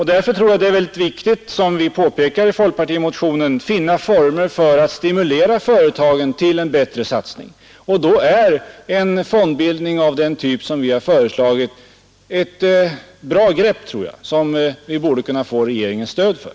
Därför tror jag det är viktigt — som vi påpekat i folkpartimotioner — att finna former för att stimulera företagen till en bättre satsning, och då tror jag att en fondbildning av den typ som vi har föreslagit är ett bra grepp, som vi borde kunna få regeringens stöd för.